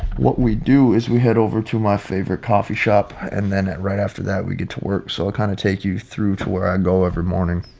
what we do is we head over to my favorite coffee shop and then at right after that we get to work. so i'll kind of take you through to where i go every morning.